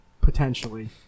Potentially